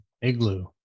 Igloo